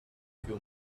few